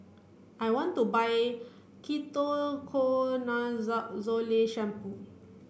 I want to buy shampoo